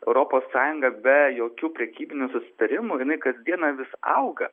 europos sąjungą be jokių prekybinių susitarimų jinai kasdieną vis auga